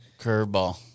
Curveball